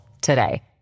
today